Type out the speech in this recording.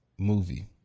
movie